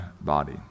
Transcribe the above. body